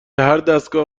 هردستگاه